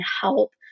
help